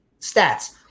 stats